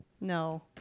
No